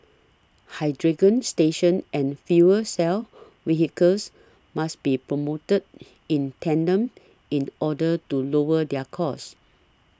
hydrogen stations and fuel cell vehicles must be promoted in tandem in order to lower their cost